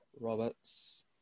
Roberts